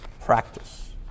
Practice